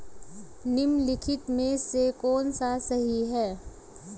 निम्नलिखित में से कौन सा सही है?